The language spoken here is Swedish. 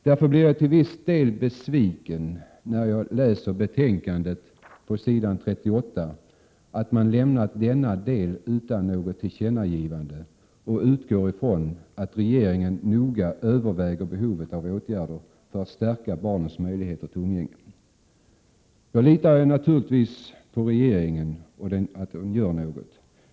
Jag blir därför till viss del besviken när jag läser i betänkandet på s. 38, att man har lämnat denna del utan något tillkännagivande och utgår ifrån att regeringen noga överväger behovet av åtgärder för att stärka barnets möjligheter till umgänge. Naturligtvis litar jag på att regeringen gör något.